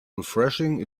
refreshing